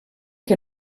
que